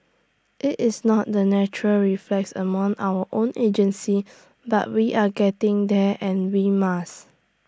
IT is not the natural reflex among our own agencies but we are getting there and we must